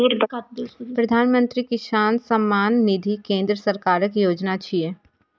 प्रधानमंत्री किसान सम्मान निधि केंद्र सरकारक योजना छियै